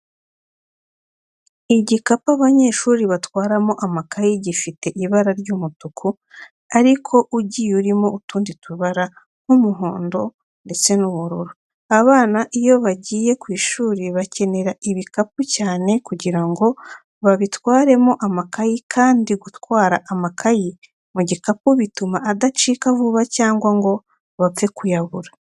Igikapu abanyeshuri batwaramo amakayi gifite ibara ry'umutuku ariko ugiye urimo utundi tubara nk'umuhondo ndetse n'ubururu. Abana iyo bagiye ku ishuri bakenera ibikapu cyane kugira ngo babitwaremo amakayi kandi gutwara amakayi mu gikapu bituma adacika vuba cyangwa ngo bapfe kuyabura.